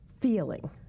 feeling